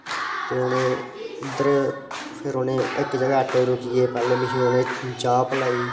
ते उनें उध्दर फिर उनें इक जगह ऐटो रोकियै पैह्लैं मिगी उनें चाह् पलाई